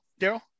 Daryl